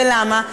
ולמה?